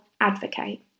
advocate